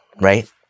right